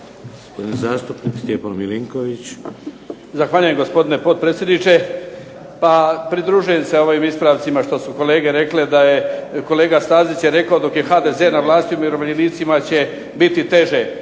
**Milinković, Stjepan (HDZ)** Zahvaljujem gospodine potpredsjedniče. Pa pridružujem se ovim ispravcima što su kolege rekle, da je kolega Stazić je rekao dok je HDZ na vlasti umirovljenicima će biti teže.